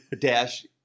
dash